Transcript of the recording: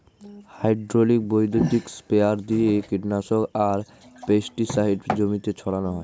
hydraulic বৈদ্যুতিক sprayer দিয়ে কীটনাশক আর পেস্টিসাইড জমিতে ছড়ান হয়